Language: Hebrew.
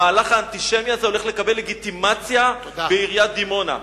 המהלך האנטישמי הזה הולך לקבל לגיטימציה בעיריית דימונה.